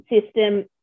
system